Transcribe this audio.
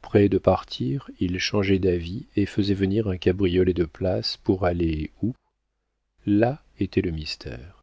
près de partir il changeait d'avis et faisait venir un cabriolet de place pour aller où là était le mystère